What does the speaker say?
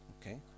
Okay